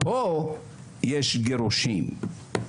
פה יש גירושים.